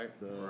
Right